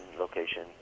location